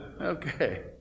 okay